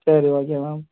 சரி okay ma'am